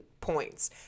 points